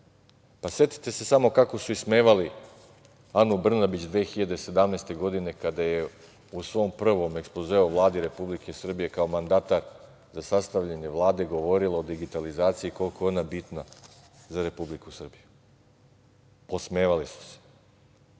realnost. Setite se samo kako su ismevali Anu Brnabić 2017. godine kada je u svom prvom ekspozeu Vladi Republike Srbije, kao mandatar za sastavljanje Vlade, govorilo o digitalizaciji, koliko je ona bitna za Republiku Srbiju. Podsmevali ste se,